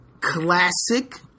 classic